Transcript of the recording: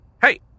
Hey